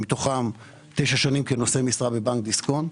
מתוכן במשך תשע שנים כנושא משרה בבנק דיסקונט.